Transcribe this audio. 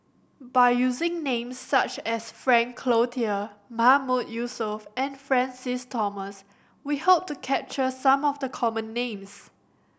by using names such as Frank Cloutier Mahmood Yusof and Francis Thomas we hope to capture some of the common names